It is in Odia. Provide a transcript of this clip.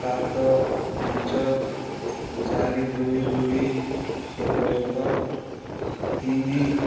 ସାତ ପାଞ୍ଚ ଚାରି ଦୁଇ ଦୁଇ ଏକ ଏକ ତିନି